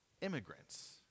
immigrants